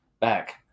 back